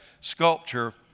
sculpture